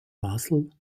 basel